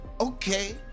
Okay